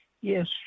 Yes